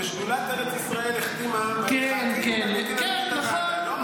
שדולת ארץ ישראל החתימה --- ואני כינסתי את הוועדה --- לא רק אני.